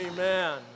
Amen